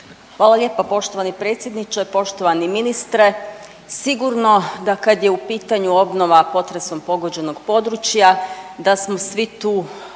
Hvala lijepa poštovani predsjedniče. Poštovani ministre, sigurno da kad je u pitanju obnova potresom pogođenog područja da smo svi tu